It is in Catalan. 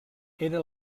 era